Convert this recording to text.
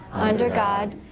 under god.